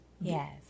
Yes